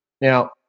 Now